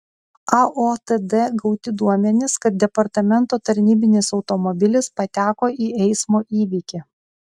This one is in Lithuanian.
aotd gauti duomenys kad departamento tarnybinis automobilis pateko į eismo įvykį